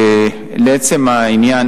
לעצם העניין,